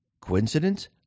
Coincidence